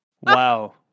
Wow